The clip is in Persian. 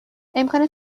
امکان